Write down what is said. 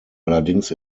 allerdings